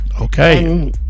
Okay